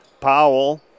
Powell